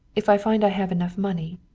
if i find i have enough money.